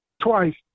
twice